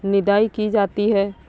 निदाई की जाती है?